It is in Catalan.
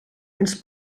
ens